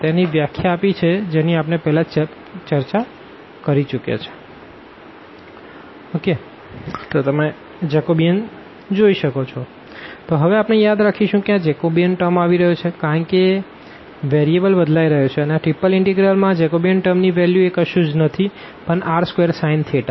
તેની વ્યાખ્યા આપી છે જેની આપણે પહેલા ચર્ચા કરી ચૂક્યા છે J∂x∂r ∂x∂θ ∂x∂ϕ ∂y∂r ∂y∂θ ∂y∂ϕ ∂z∂r ∂z∂θ ∂z∂ϕ sin cos rcos cos rsin sin sin sin rcos sin rsin cos cos rsin 0 r2sin તો હવે આપને યાદ રાખીશું કે આ જેકોબિયન ટર્મ આવી રહ્યો છે કારણ કે વેરિયેબલ બદલાઈ રહ્યો છે આ ત્રિપલ ઇનટેગ્રલ માં આ જેકોબિયન ટર્મ ની વેલ્યુ એ કશું જ નથી પણ r સ્ક્વેર સાઈન થેટા